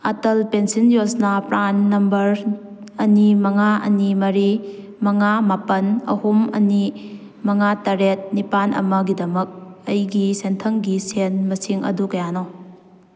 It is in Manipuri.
Atal pension Yojana PRAN number ꯑꯅꯤ ꯃꯉꯥ ꯑꯅꯤ ꯃꯔꯤ ꯃꯉꯥ ꯃꯥꯄꯜ ꯑꯍꯨꯝ ꯑꯅꯤ ꯃꯉꯥ ꯇꯔꯦꯠ ꯅꯤꯄꯥꯜ ꯑꯃꯒꯤꯗꯃꯛ ꯑꯩꯒꯤ ꯁꯦꯟꯊꯪꯒꯤ ꯁꯦꯜ ꯃꯁꯤꯡ ꯑꯗꯨ ꯀꯌꯥꯅꯣ